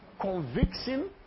conviction